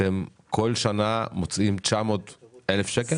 אתם מוציאים כל שנה 900,000 שקלים?